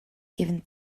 even